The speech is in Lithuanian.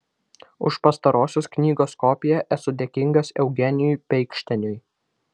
už pastarosios knygos kopiją esu dėkingas eugenijui peikšteniui